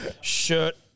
Shirt